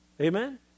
Amen